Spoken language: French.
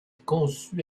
conçu